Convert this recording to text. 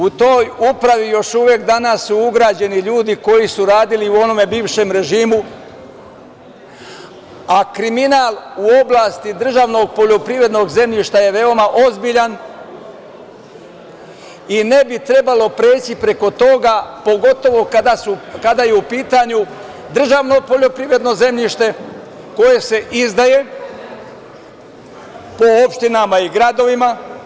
U toj upravi su još uvek danas ugrađeni ljudi koji su radili u onom bivšem režimu, a kriminal u oblasti državnog poljoprivrednog zemljišta je veoma ozbiljan i ne bi trebalo preći preko toga pogotovo kada je u pitanju državno poljoprivredno zemljište koje se izdaje po opštinama i gradovima.